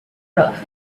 roof